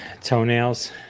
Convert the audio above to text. toenails